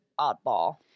oddball